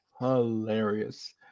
Hilarious